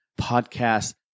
podcast